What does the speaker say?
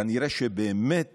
כנראה שבאמת